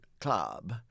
club